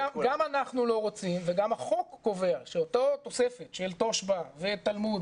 גם אנחנו לא רוצים וגם החוק קובע שאותה תוספת של תושב"ע ותלמוד,